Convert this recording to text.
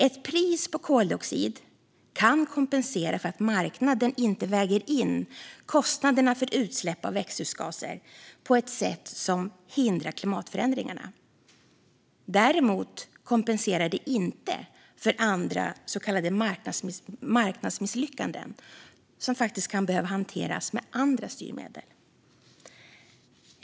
Ett pris på koldioxid kan kompensera för att marknaden inte väger in kostnaderna för utsläpp av växthusgaser på ett sätt som hindrar klimatförändringarna. Däremot kompenserar det inte för andra så kallade marknadsmisslyckanden, som faktiskt kan behöva hanteras med andra styrmedel.